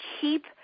keep